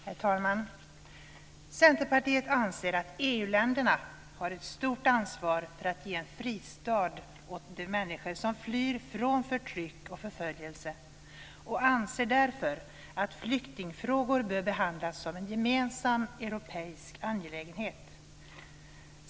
Herr talman! Centerpartiet anser att EU-länderna har ett stort ansvar för att ge en fristad åt de människor som flyr från förtryck och förföljelse och anser därför att flyktingfrågor bör behandlas som en gemensam europeisk angelägenhet.